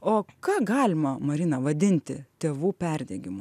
o ką galima marina vadinti tėvų perdegimu